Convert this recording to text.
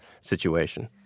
situation